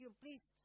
please